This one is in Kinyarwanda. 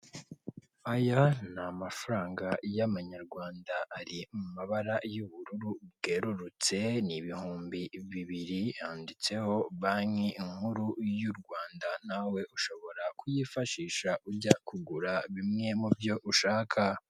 Aya ni amafaranga y'amanyarwanda ari mu mabara y'ubururu bwererutse ni ibihumbi bibiri, yanditseho banki nkuru y'u Rwanda nawe ushobora kuyifashisha ujya kugura bimwe mu byo ushaka.